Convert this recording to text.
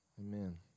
Amen